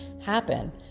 happen